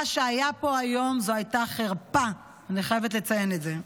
מה שהיה פה היום הוא חרפה, אני חייבת לציין את זה.